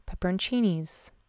pepperoncinis